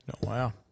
Wow